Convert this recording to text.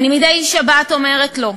מדי שבת אני אומרת לו: